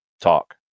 talk